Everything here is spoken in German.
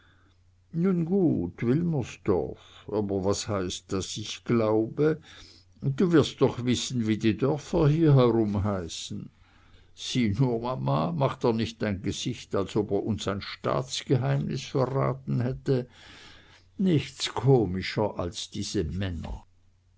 gut wilmersdorf aber was heißt das ich glaube du wirst doch wissen wie die dörfer hierherum heißen sieh nur mama macht er nicht ein gesicht als ob er uns ein staatsgeheimnis verraten hätte nichts komischer als diese männer